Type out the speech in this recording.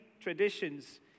traditions